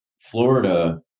Florida